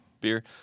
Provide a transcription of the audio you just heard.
beer